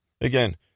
Again